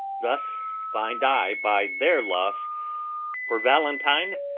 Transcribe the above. thus find i by their loss for valentine,